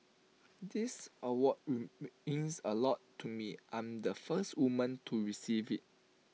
this award means A lot to me I'm the first woman to receive IT